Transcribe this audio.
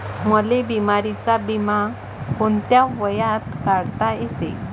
मले बिमारीचा बिमा कोंत्या वयात काढता येते?